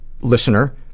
listener